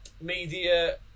media